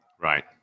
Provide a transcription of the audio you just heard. right